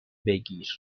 بگیر